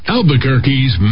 Albuquerque's